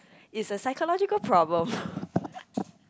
is a psychological problem